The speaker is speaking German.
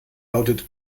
lautet